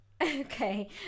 Okay